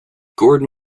gordon